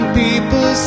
people